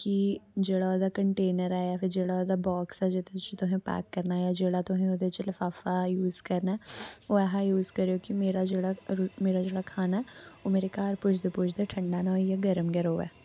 की जेह्ड़ा ओह्दा कंटेनर ऐ यां फिर जेह्ड़ा ओह्दा बॉक्स ऐ जिदे च तुसैं पैक करना ऐ जेह्ड़ा तुसें ओह्दे च लफाफा यूस करना ओह् ऐसा यूस करयो कि मेरा जेह्ड़ा मेरा जेह्ड़ा खाना ऐ ओह् मेरे घर पुजदे पुजदे ठंडा ना होई जा गरम गै रवै